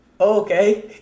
Okay